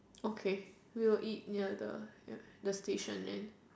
okay we will eat near the near the station then